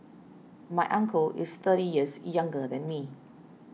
my uncle is thirty years younger than me